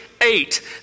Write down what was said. eight